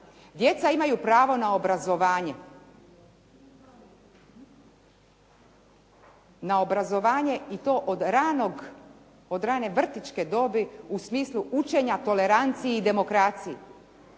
Djeca imaju pravo na obrazovanje, na obrazovanje i to od rane vrtićke dobi u smislu učenja tolerancije i demokracije.